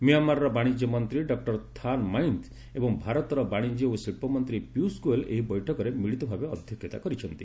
ମିଆଁମାରର ବାଣିଜ୍ୟ ମନ୍ତ୍ରୀ doctor Than Myint ଏବଂ ଭାରତର ବାଣିଜ୍ୟ ଶିକ୍ଷମନ୍ତ୍ରୀ ପୀୟୁଷ ଗୋଏଲ୍ ଏହି ବୈଠକରେ ମିଳିତ ଭାବେ ଅଧ୍ୟକ୍ଷତା କରିଛନ୍ତି